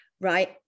right